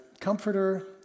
comforter